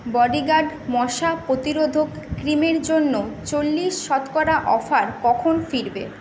bodyguard মশা প্রতিরোধক ক্রিমের জন্য চল্লিশ শতকরা অফার কখন ফিরবে